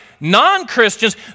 non-Christians